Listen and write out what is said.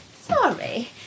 Sorry